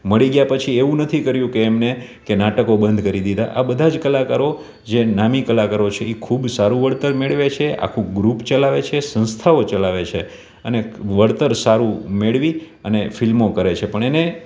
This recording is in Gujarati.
મળી ગયાં પછી એવું નથી કર્યું કે એમણે કે નાટકો બંધ કરી દીધાં આ બધા જ કલાકારો જે નામી કલાકારો છે એ ખૂબ સારું વળતર મેળવે છે આખું ગ્રુપ ચલાવે છે સંસ્થાઓ ચલાવે છે અને વળતર સારું મેળવી અને ફિલ્મો કરે છે પણ એને